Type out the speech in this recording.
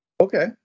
Okay